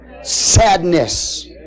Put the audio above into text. Sadness